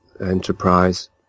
enterprise